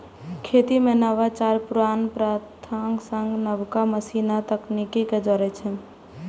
खेती मे नवाचार पुरान प्रथाक संग नबका मशीन आ तकनीक कें जोड़ै छै